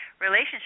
relationship